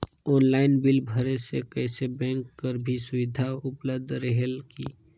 Online bill भरे से कइसे बैंक कर भी सुविधा उपलब्ध रेहेल की?